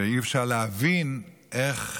ואי-אפשר להבין אותו,